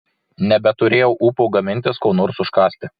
nebeturėjau ūpo gamintis ko nors užkąsti